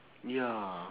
ya